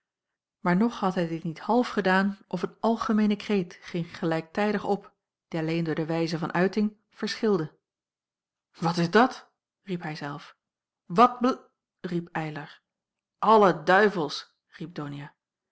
maar nog had hij dit niet half gedaan of een algemeene kreet ging gelijktijdig op die alleen door de wijze van uiting verschilde wat is dat hij zelf wat bl eylar alle duivels donia